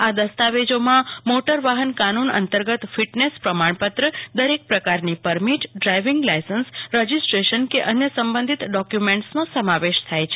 આ દસ્તાવેજોમાં મોટર વાહન કાનુન અંતર્ગત ફિટનેસ પ્રમાણ પત્ર દરેક પ્રકારની પરમીટ ડ્રાઈવિંગ લાયસન્સ રજીસ્ટ્રેશન કે અન્ય સંબંધિત દસ્તાવેજોનો સમાવેશ થાય છે